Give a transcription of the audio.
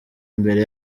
imbere